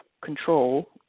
control